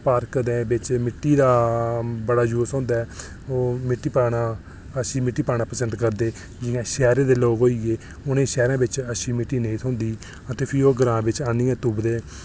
park दे बिच मिट्टी दा बड़ा यूज़ होंदा ऐ ओह् मिट्टी पाना अच्छी मिट्टी पाना पसंद करदे जि'यां शैह्रे दे लोक होइये उ'नें ई शैह्रें बिच अच्छी मिट्टी नेईं थ्होंदी ते फ्ही ओह् ग्रांऽ बिच आह्नियै तुपदे